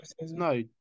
No